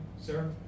sir